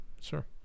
sure